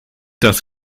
das